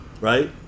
right